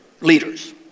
leaders